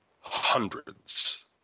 hundreds